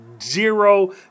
Zero